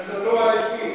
את עמדתו האישית.